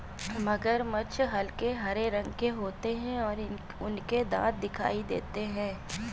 मगरमच्छ हल्के हरे रंग के होते हैं और उनके दांत दिखाई देते हैं